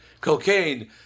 cocaine